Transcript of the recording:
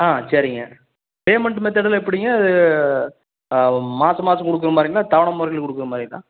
ஆ சரிங்க பேமண்ட் மெத்தடுலாம் எப்படிங்க மாசம் மாசம் கொடுக்கற மாதிரிங்களா தவணை முறையில கொடுக்கற மாதிரி இருக்கா